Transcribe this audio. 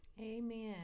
Amen